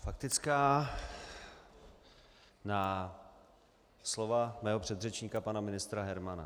Faktická na slova mého předřečníka pana ministra Hermana.